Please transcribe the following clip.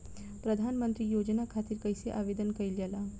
प्रधानमंत्री योजना खातिर कइसे आवेदन कइल जाला?